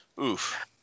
oof